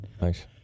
Nice